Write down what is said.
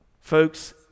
Folks